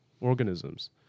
organisms